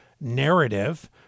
narrative